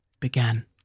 began